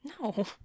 No